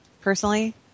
Personally